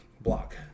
block